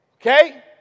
okay